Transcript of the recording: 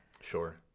sure